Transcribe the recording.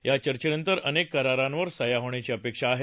या चर्येनंतर अनेक करारांवर सह्या होण्याची अपेक्षा आहे